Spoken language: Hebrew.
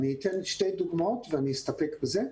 אני אתן שתי דוגמאות ואני אסתפק בזה.